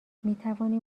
میتوانیم